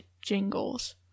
jingles